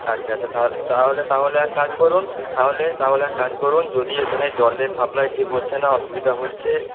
আচ্ছা আচ্ছা তাহলে তাহলে এক কাজ করুন তাহলে তাহলে এক কাজ করুন যদি ওখানে জলের সাপ্লাই ঠিক হচ্ছে না অসুবিধা হচ্ছে